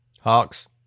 Hawks